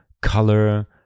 color